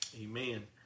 Amen